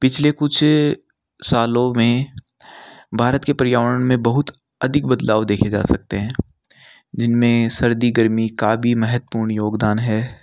पिछले कुछ सालों में भारत के पर्यावरण में बहुत अधिक बदलाव देखे जा सकते हैं जिनमें सर्दी गर्मी का भी महत्वपूर्ण योगदान है